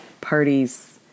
parties